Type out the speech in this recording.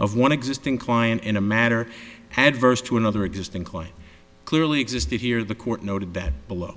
of one existing client in a matter adverse to another existing quite clearly existed here the court noted that below